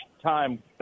time